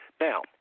Now